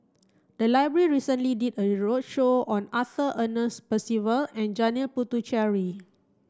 the library recently did a roadshow on Arthur Ernest Percival and Janil Puthucheary